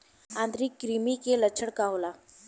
आंतरिक कृमि के लक्षण का होला?